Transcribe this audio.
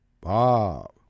Bob